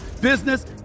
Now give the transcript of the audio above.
business